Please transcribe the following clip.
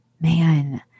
Man